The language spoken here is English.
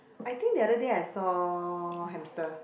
I think the other day I saw hamster